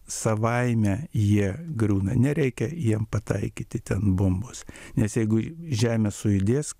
savaime jie griūna nereikia jiem pataikyti ten bombos nes jeigu žemė sujudės